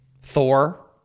Thor